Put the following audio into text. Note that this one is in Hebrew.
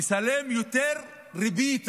נשלם יותר ריבית.